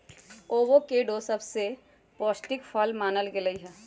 avocado सबसे पौष्टिक फल मानल गेलई ह